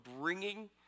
bringing